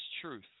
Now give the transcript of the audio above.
truth